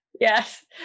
yes